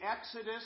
Exodus